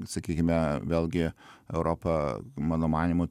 sakykime vėlgi europa mano manymu